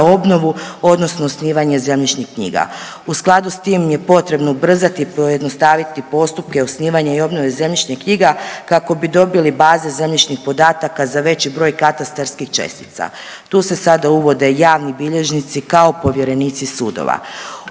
obnovu odnosno osnivanje zemljišnih knjiga. U skladu s tim je potrebno ubrzati i pojednostaviti postupke osnivanje i obnove zemljišnih knjiga kako bi dobili baze zemljišnih podataka za veći broj katastarskih čestica. Tu se sada uvode javni bilježnici kao povjerenici sudova.